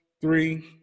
three